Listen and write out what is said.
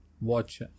watch